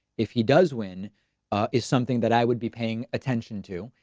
if he does win is something that i would be paying attention to.